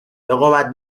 قومت